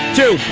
Two